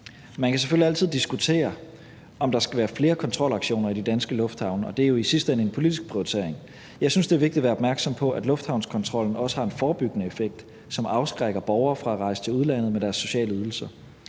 Man kan selvfølgelig altid diskutere, om der skal være flere kontrolaktioner i de danske lufthavne, og det er jo i sidste ende en politisk prioritering. Jeg synes, det er vigtigt at være opmærksom på, at lufthavnskontrollen også har en forebyggende effekt, som afskrækker borgere fra at rejse til udlandet med deres sociale ydelser.